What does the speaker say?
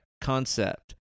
Concept